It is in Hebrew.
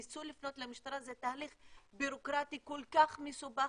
ניסו לפנות למשטרה וזה תהליך בירוקרטי כל כך מסובך,